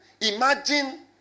imagine